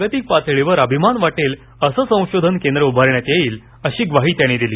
जागतिक पातळीवर अभिमान वाटेल असे संशोधन केंद्र उभारण्यात येईल अशी ग्वाही त्यांनी दिली